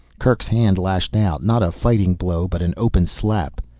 kerk's hand lashed out, not a fighting blow, but an open slap.